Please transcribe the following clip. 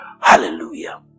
hallelujah